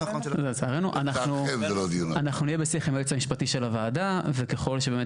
אנחנו נהיה בשיח עם היועץ המשפטי של הוועדה וככל שבאמת